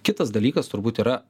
kitas dalykas turbūt yra